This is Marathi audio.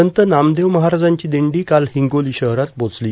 संत नामदेव महाराजांची दिंडी काल हिंगोली शहरात पोचली